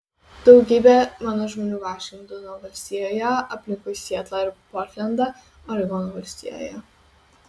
daugybė mano žmonių vašingtono valstijoje aplinkui sietlą ir portlendą oregono valstijoje